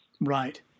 Right